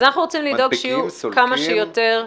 אנחנו רוצים שיהיו כמה שיותר.